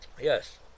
yes